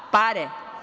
Pare.